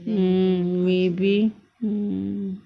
mm maybe mm